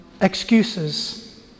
excuses